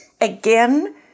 Again